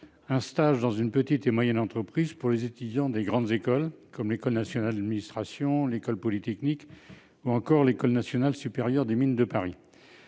de rendre obligatoire un stage en PME pour les étudiants des grandes écoles, comme l'École nationale d'administration (ÉNA), l'École polytechnique ou encore l'École nationale supérieure des Mines de Paris.